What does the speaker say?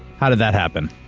how did that happen?